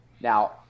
now